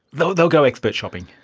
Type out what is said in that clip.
they'll they'll go expert shopping.